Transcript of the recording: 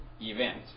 event